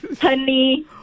honey